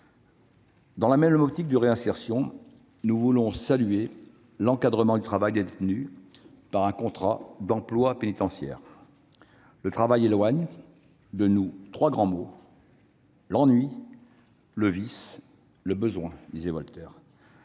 Dans la même optique de réinsertion, nous voulons saluer l'encadrement du travail des détenus par un contrat d'emploi pénitentiaire. « Le travail éloigne de nous trois grands maux : l'ennui, le vice et le besoin », disait Voltaire.